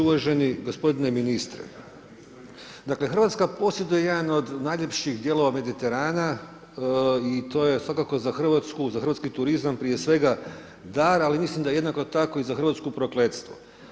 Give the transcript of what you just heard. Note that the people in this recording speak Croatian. Uvaženi gospodine ministre, dakle Hrvatska posjeduje jedan od najljepših dijelova Mediterana i to je svakako za Hrvatsku, za hrvatski turizam prije svega dar ali mislim da jednako tako i za Hrvatsku prokletstvo.